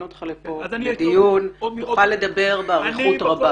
אותך פה לדיון ותוכל לדבר באריכות רבה.